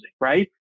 right